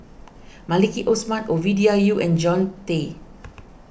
Maliki Osman Ovidia Yu and Jean Tay